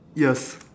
yes